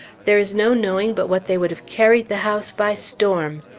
there is no knowing but what they would have carried the house by storm.